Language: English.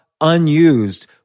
unused